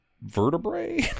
vertebrae